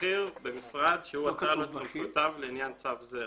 בכיר במשרד שהוא אצל לו את סמכויותיו לעניין צו זה"."